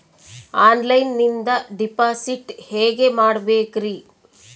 ಆನ್ಲೈನಿಂದ ಡಿಪಾಸಿಟ್ ಹೇಗೆ ಮಾಡಬೇಕ್ರಿ?